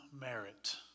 merit